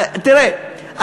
תראה,